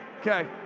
Okay